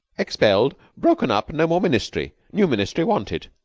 expelled. broken up. no more ministry. new ministry wanted.